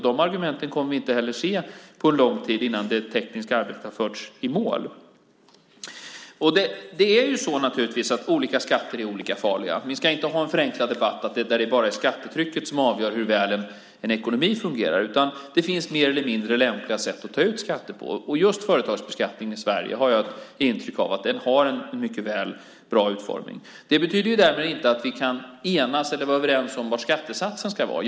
De argumenten kommer vi inte heller att se på lång tid innan det tekniska arbetet har förts i mål. Olika skatter är olika farliga. Vi ska inte ha en förenklad debatt om att det bara är skattetrycket som avgör hur väl en ekonomi fungerar. Det finns mer eller mindre lämpliga sätt att ta ut skatter på. Jag har intryck av att just företagsbeskattningen i Sverige har en mycket bra utformning. Det betyder därmed inte att vi kan enas eller vara överens om vad skattesatsen ska vara.